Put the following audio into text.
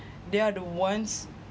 they are the ones